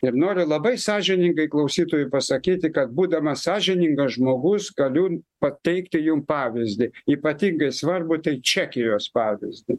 ir noriu labai sąžiningai klausytojui pasakyti kad būdamas sąžiningas žmogus galiu pateikti jum pavyzdį ypatingai svarbų tai čekijos pavyzdį